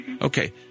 Okay